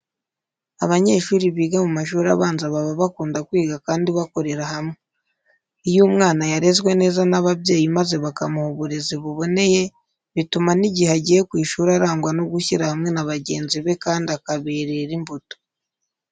Abanyeshuri biga mu mashuri abanza baba bakunda kwiga kandi bakorera hamwe. Iyo umwana yarezwe neza n'ababyeyi maze bakamuha uburezi buboneye bituma n'igihe agiye ku ishuri arangwa no gushyira hamwe na bagenzi be kandi akaberera imbuto.